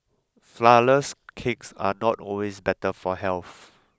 flourless cakes are not always better for health